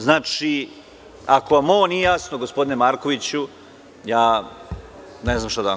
Znači, ako vam ovo nije jasno gospodine Markoviću, ja ne znam šta da vam